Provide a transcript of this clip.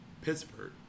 Pittsburgh